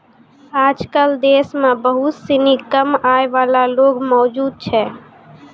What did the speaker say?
आजकल देश म बहुत सिनी कम आय वाला लोग मौजूद छै